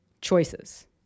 Choices